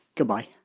goodbye